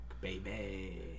baby